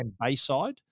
Bayside